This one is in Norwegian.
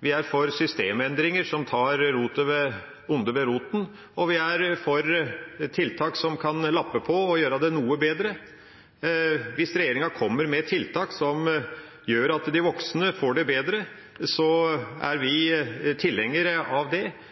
Vi er for systemendringer som tar det onde ved roten, og vi er for tiltak som kan lappe på og gjøre det noe bedre. Hvis regjeringa kommer med tiltak som gjør at de voksne får det bedre, er vi tilhengere av det.